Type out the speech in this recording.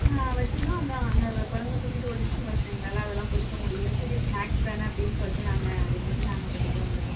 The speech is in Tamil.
வச்சிருந்தோம் அந்த அந்த குரங்கு தூக்கிட்டு ஓடிடுச்சு பஸ்ஸில் எங்களால் அதல்லாம் பிடிக்க முடியல சரி ஸ்னாக்ஸ் தானே அப்படின் சொல்லிட்டு நாங்கள் விட்டுட்டு நாங்கள் பாட்டுக்கே வந்துவிட்டோம்